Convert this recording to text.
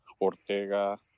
Ortega